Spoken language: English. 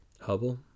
Hubble